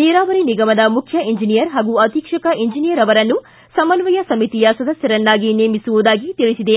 ನೀರಾವರಿ ನಿಗಮದ ಮುಖ್ಯ ಎಂಜಿನಿಯರ್ ಹಾಗೂ ಅಧೀಕ್ಷಕ ಎಂಜಿನಿಯರ್ ಅವರನ್ನು ಸಮನ್ವಯ ಸಮಿತಿಯ ಸದಸ್ಥರನ್ನಾಗಿ ನೇಮಿಸುವುದಾಗಿ ತಿಳಿಸಿದೆ